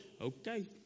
okay